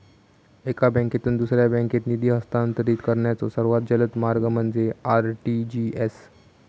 एका बँकेतून दुसऱ्या बँकेत निधी हस्तांतरित करण्याचो सर्वात जलद मार्ग म्हणजे आर.टी.जी.एस